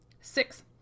Six